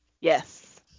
yes